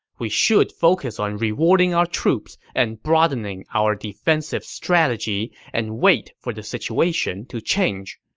we should focus on rewarding our troops and broadening our defensive strategy and wait for the situation to change.